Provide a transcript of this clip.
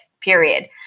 Period